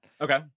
Okay